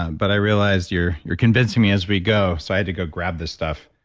um but i realized you're you're convincing me as we go. so i had to go grab this stuff.